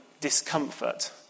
discomfort